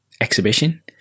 exhibition